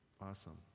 awesome